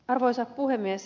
arvoisa puhemies